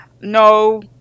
No